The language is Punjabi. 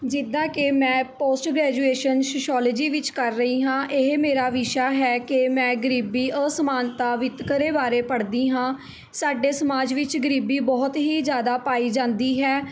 ਜਿੱਦਾਂ ਕਿ ਮੈਂ ਪੋਸਟ ਗ੍ਰੇਜੂਏਸ਼ਨ ਸ਼ਸ਼ੋਲਜੀ ਵਿੱਚ ਕਰ ਰਹੀ ਹਾਂ ਇਹ ਮੇਰਾ ਵਿਸ਼ਾ ਹੈ ਕਿ ਮੈਂ ਗਰੀਬੀ ਅਸਮਾਨਤਾ ਵਿਤਕਰੇ ਬਾਰੇ ਪੜ੍ਹਦੀ ਹਾਂ ਸਾਡੇ ਸਮਾਜ ਵਿੱਚ ਗਰੀਬੀ ਬਹੁਤ ਹੀ ਜ਼ਿਆਦਾ ਪਾਈ ਜਾਂਦੀ ਹੈ